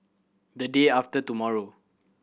the day after tomorrow